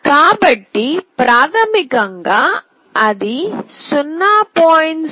కాబట్టి ప్రాథమికంగా అది 0